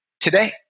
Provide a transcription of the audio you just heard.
today